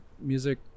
music